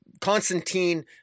Constantine